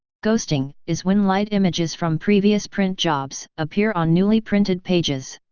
ghosting is when light images from previous print jobs appear on newly printed pages.